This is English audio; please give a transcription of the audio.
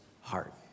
heart